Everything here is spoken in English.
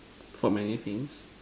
for many things